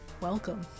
Welcome